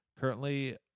Currently